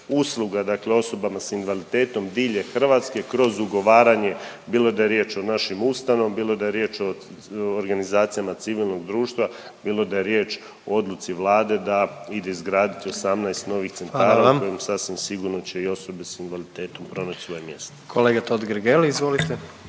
usluga, dakle osobama s invaliditetom diljem Hrvatske kroz ugovaranje, bilo da je riječ o našim ustanovama, bilo da je riječ o organizacijama civilnog društva, bilo da je riječ o odluci Vlade da ide izgraditi 18 novih centara …/Upadica predsjednik: Hvala vam./… u kojima sasvim sigurno će i osobe s invaliditetom pronaći svoje mjesto. **Jandroković, Gordan